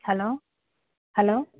hello hello